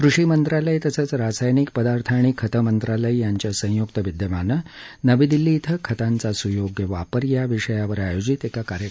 कृषी मंत्रालय तसंच रासायनिक पदार्थ आणि खतं मंत्रालय यांच्या संयुक्त विद्यमाने नवी दिल्ली कें खतांचा सुयोग्य वापर या विषयावर आयोजित एका कार्यक्रमात ते बोलत होते